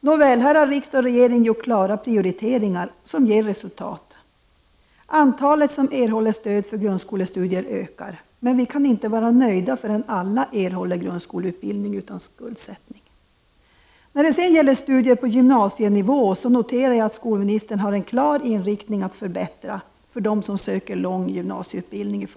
Nåväl, här har riksdag och regering gjort klara prioriteringar, som ger resultat. Antalet som erhåller stöd för grundskolestudier ökar, men vi kan inte vara nöjda förrän alla erhåller grundskoleutbildning utan skuldsättning. När det sedan gäller studier på gymnasienivå, noterar jag att skolministern har en klar inriktning att förbättra i första hand för dem som söker för lång gymnasieutbildning.